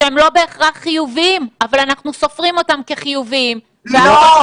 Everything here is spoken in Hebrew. שהם לא בהכרח חיוביים אבל אנחנו סופרים אותם כחיוביים --- לא,